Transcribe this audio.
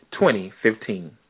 2015